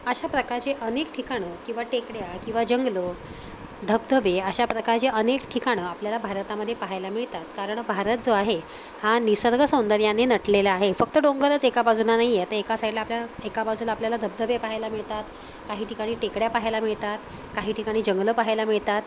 अशा प्रकारचे अनेक ठिकाणं किंवा टेकड्या किंवा जंगलं धबधबे अशा प्रकारचे अनेक ठिकाणं आपल्याला भारतामध्ये पाहायला मिळतात कारण भारत जो आहे हा निसर्गसौंदर्याने नटलेला आहे फक्त डोंगरच एका बाजूला नाही आहे तर एका साईडला आपल्या एका बाजूला आपल्याला धबधबे पाहायला मिळतात काही ठिकाणी टेकड्या पाहायला मिळतात काही ठिकाणी जंगलं पाहायला मिळतात